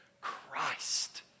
Christ